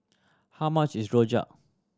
how much is rojak